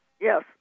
Yes